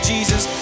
Jesus